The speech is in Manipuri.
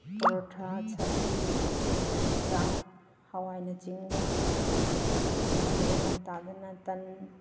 ꯄꯔꯣꯊꯥ ꯁꯕꯖꯤ ꯆꯥꯛ ꯍꯋꯥꯏꯅꯆꯤꯡꯕ ꯑꯁꯤꯅꯤ ꯑꯌꯨꯛ ꯉꯟꯇꯥꯗꯅ ꯇꯟ